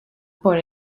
por